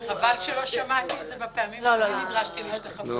חבל שלא שמעתי את זה בפעמים שאני נדרשתי להשתחוות לו.